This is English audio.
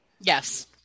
Yes